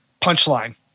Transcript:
punchline